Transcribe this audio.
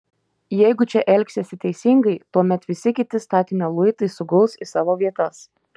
jeigu čia elgsiesi teisingai tuomet visi kiti statinio luitai suguls į savo vietas